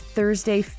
Thursday